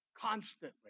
constantly